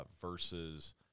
Versus